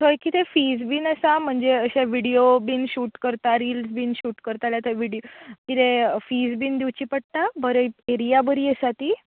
थंय कितें फिज बी आसा म्हणजे अशें विडीयो बीन शूट करता रील बीन शूट करता जाल्यार थंय विडीयो कितें फिज बीन दिवची पडटा बरो एरिया बरी आसा ती